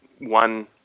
one